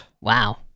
Wow